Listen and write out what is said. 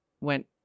went